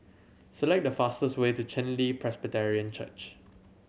select the fastest way to Chen Li Presbyterian Church